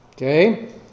Okay